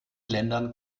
ländern